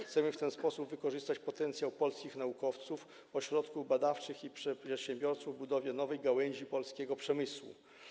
Chcemy w ten sposób wykorzystać potencjał polskich naukowców, ośrodków badawczych i przedsiębiorców do budowy nowej gałęzi polskiego przemysłu.